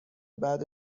بعد